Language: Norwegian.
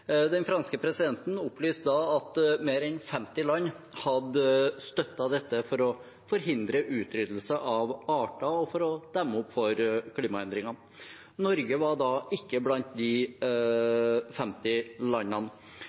Den franske presidenten opplyste da at mer enn 50 land hadde støttet dette, for å forhindre utryddelse av arter og for å demme opp for klimaendringene. Norge var ikke blant de 50 landene.